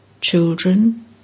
Children